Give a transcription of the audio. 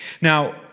Now